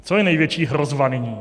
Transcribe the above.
Co je největší hrozba nyní?